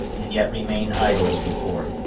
and yet remain idle as before.